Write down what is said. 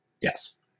Yes